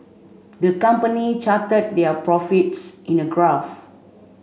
the company charted their profits in a graph